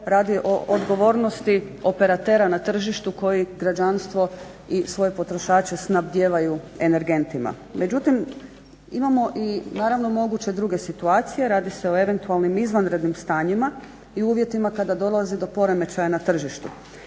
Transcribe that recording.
radi o odgovornosti operatera na tržištu koji građanstvo i svoje potrošače snabdijevaju energentima. Međutim imamo i naravno moguće druge situacije, radi se o eventualnim izvanrednim stanjima i uvjetima kada dolazi do poremećaja na tržištu.